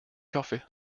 hoffe